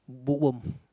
bookworm